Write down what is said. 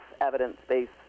evidence-based